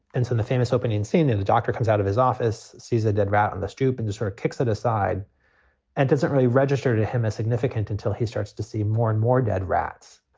and so the famous opening scene in the doctor comes out of his office, sees a dead rat on the stoop and sort of kicks it aside and doesn't really register to him significant until he starts to see more and more dead rats.